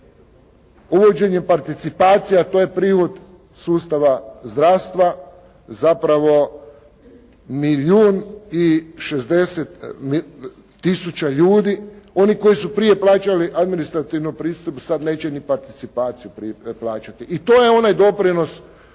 Uvođenjem participacija to je prihod sustava zdravstva zapravo milijun i 60 tisuća ljudi oni koji su prije plaćali administrativnu pristojbu sada neće ni participaciju plaćati i to je onaj doprinos